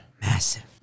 Massive